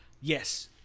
Yes